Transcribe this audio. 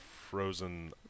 frozen